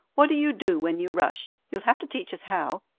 what do you do when you rush? you'll have to teach us how.